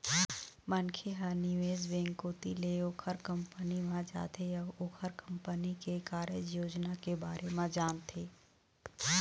मनखे ह निवेश बेंक कोती ले ओखर कंपनी म जाथे अउ ओखर कंपनी के कारज योजना के बारे म जानथे